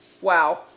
wow